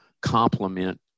complement